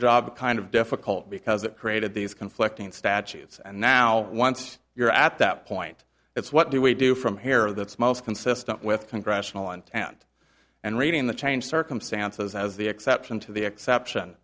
job kind of difficult because it created these conflicting statutes and now once you're at that point it's what do we do from here that's most consistent with congressional intent and reading the changed circumstances as the exception to the exception